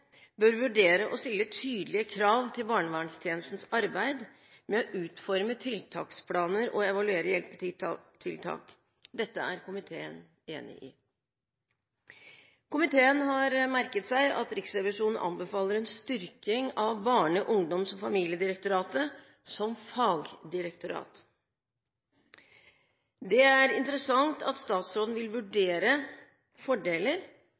bør vurdere å stille tydelige krav til barnevernstjenestens arbeid med å utforme tiltaksplaner og evaluere hjelpetiltak. Dette er komiteen enig i. Komiteen har merket seg at Riksrevisjonen anbefaler en styrking av Barne-, ungdoms- og familiedirektoratet som fagdirektorat. Det er interessant at statsråden vil vurdere fordeler,